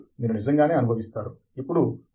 మీరు మీసమస్యను జాగ్రత్తగా నిర్వచించాలి